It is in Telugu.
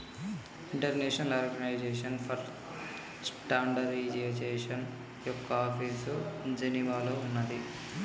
ఇంటర్నేషనల్ ఆర్గనైజేషన్ ఫర్ స్టాండర్డయిజేషన్ యొక్క ఆఫీసు జెనీవాలో ఉన్నాది